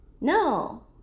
no